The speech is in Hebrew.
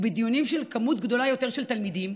ובדיונים על מספר גדול יותר של תלמידים,